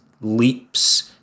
leaps